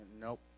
Nope